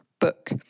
book